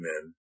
Amen